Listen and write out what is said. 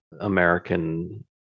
American